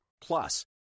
Plus